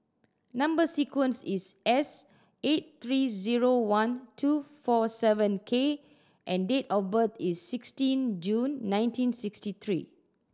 number sequence is S eight three zero one two four seven K and date of birth is sixteen June nineteen sixty three